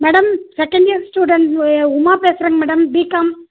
madam second year student Uma பேசுகிறேன் madam BCom